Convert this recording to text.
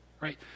right